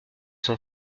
sont